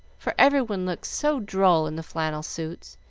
for every one looked so droll in the flannel suits,